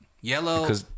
yellow